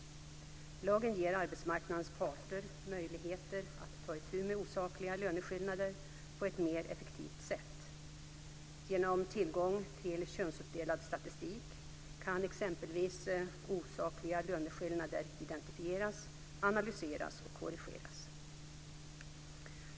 Lagen ger arbetsmarknadens parter möjligheter att ta itu med osakliga löneskillnader på ett mer effektivt sätt. Genom tillgång till könsuppdelad statistik kan exempelvis osakliga löneskillnader identifieras, analyseras och korrigeras.